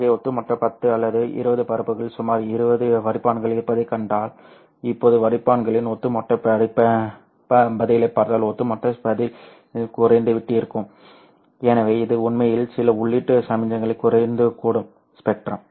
ஆகவே ஒட்டுமொத்தமாக 10 அல்லது 20 பரப்புகளில் சுமார் 20 வடிப்பான்கள் இருப்பதைக் கண்டால் இப்போது வடிப்பான்களின் ஒட்டுமொத்த பதிலைப் பார்த்தால் ஒட்டுமொத்த பதில் குறைந்துவிட்டிருக்கும் எனவே இது உண்மையில் சில உள்ளீட்டு சமிக்ஞைகளை குறைக்கக்கூடும் ஸ்பெக்ட்ரம்